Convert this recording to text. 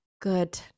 good